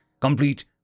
complete